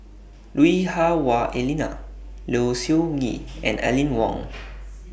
Lui Hah Wah Elena Low Siew Nghee and Aline Wong